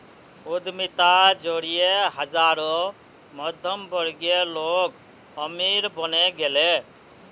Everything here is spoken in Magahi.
उद्यमिता जरिए हजारों मध्यमवर्गीय लोग अमीर बने गेले